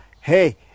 Hey